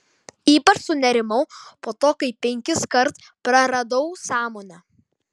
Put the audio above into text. ypač sunerimau po to kai penkiskart praradau sąmonę